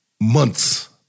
months